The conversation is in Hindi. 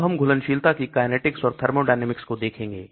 अब हम घुलनशीलता की Kinetics और thermodynamics को देखेंगे